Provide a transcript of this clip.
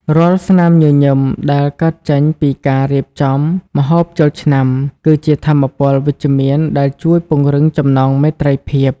រាល់ស្នាមញញឹមដែលកើតចេញពីការរៀបចំម្ហូបចូលឆ្នាំ គឺជាថាមពលវិជ្ជមានដែលជួយពង្រឹងចំណងមេត្រីភាព។